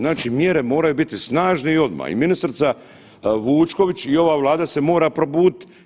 Znači mjere moraju biti snažne i odma i ministrica Vučković i ova Vlada se mora probudit.